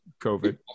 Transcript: COVID